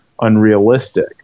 unrealistic